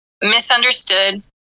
misunderstood